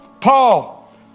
Paul